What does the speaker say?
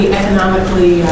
economically